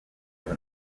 have